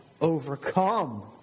overcome